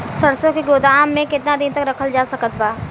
सरसों के गोदाम में केतना दिन तक रखल जा सकत बा?